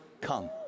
come